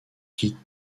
quitte